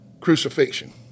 crucifixion